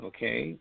Okay